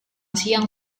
siang